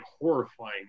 horrifying